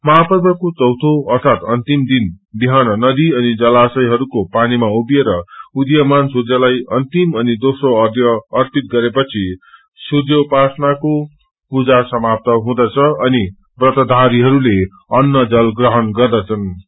महापर्वको चौथो अर्थात अन्तिम दिन बिहान नदी अनि जलाशयहरूको पानीमा उमिएर उदीयमान सूर्यलाइ अन्तिम अनि दोस्रो अर्घ्य अर्पित गरेपछि सूर्यापासनाको पूजा समााप्त हुँदछ अनि व्रतधारीहरूले अन्न जल ग्रहण गर्दछनृ